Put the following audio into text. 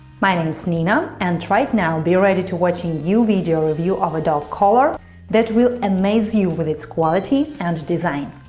my name is nina and right now be ready to watch a new video review of a dog collar that will amaze you with its quality and design.